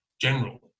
general